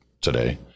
today